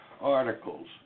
articles